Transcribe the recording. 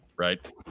Right